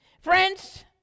Friends